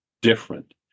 different